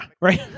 right